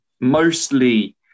Mostly